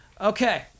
Okay